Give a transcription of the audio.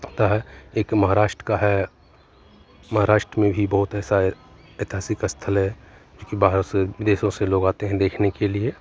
एक महाराष्ट्र का है महाराष्ट्र में भी बहुत ऐसा ऐतिहासिक स्थल है जो कि बाहर से विदेशों से लोग आते हें देखने के लिए